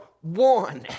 one